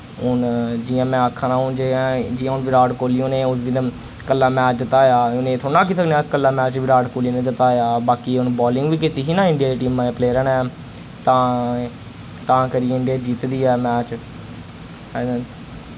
हुन जि'यां मैं आक्खा ना हुन जियां जि'यां हुन विराट कोहली उ'ने उसदिन कल्ला मैच जताया हुन एह् थोह्ड़ी ना आखी सकने अस कल्ला मैच विराट कोहली नै जताया बाकि उन बालिंग वि कीत्ति ही ना इंडिया दी टीमां दे प्लेयरां नै तां तां करियै इंडिया जत दी ऐ मैच